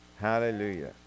Hallelujah